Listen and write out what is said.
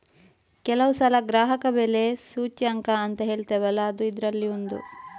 ಕೆಲವು ಸಲ ಗ್ರಾಹಕ ಬೆಲೆ ಸೂಚ್ಯಂಕ ಅಂತ ಹೇಳ್ತೇವಲ್ಲ ಅದೂ ಇದ್ರಲ್ಲಿ ಒಂದು